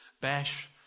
Bash